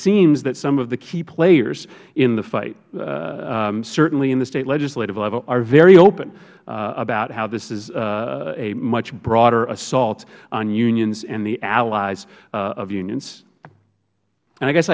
seems that some of the key players in the fight certainly in the state legislative level are very open about how this is a much broader assault on unions and the allies of unions i guess